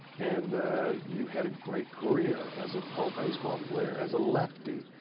and you had a great career as a pro-baseball player. as a lefty.